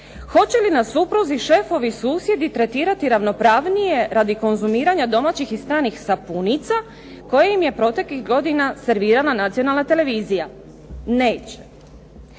hoće li nas supruzi, šefovi, susjedi tretirati ravnopravnije radi konzumiranja domaćih i stranih sapunica koje im je proteklih godina servirala nacionalna televizija? Neće.